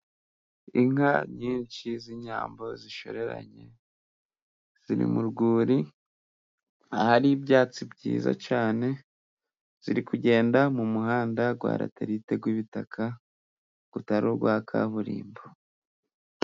Inka nyinshi z'inyambo zishoreranye ziri mu rwuri, ahari ibyatsi byiza cyane, ziri kugenda mu muhanda wa raterite w'ibitaka, utari uwa kaburimbo.